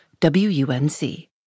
WUNC